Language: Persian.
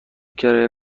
کرایه